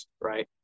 right